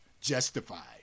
justified